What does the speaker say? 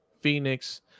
Phoenix